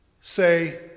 say